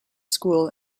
school